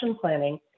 planning